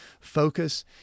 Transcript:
focus